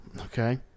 Okay